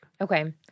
Okay